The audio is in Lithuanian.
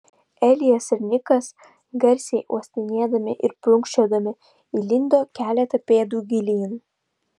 elijas ir nikas garsiai uostinėdami ir prunkščiodami įlindo keletą pėdų gilyn